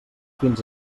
fins